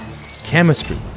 chemistry